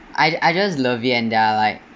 I I just love it and they are like